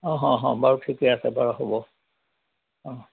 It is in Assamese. অঁ অঁ বাৰু ঠিকে আছে বাৰু হ'ব অঁ